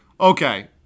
Okay